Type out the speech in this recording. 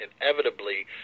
inevitably